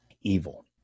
evil